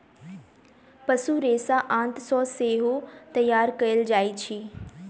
पशु रेशा आंत सॅ सेहो तैयार कयल जाइत अछि